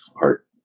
heart